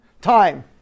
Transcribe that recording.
Time